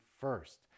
first